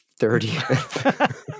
30th